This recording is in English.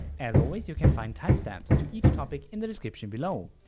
as always you can find timestamps to each topic in the description below.